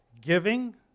Giving